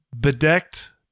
bedecked